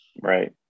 Right